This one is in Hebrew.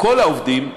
כל העובדים,